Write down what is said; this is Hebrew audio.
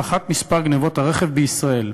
פחת מספר גנבות הרכב בישראל.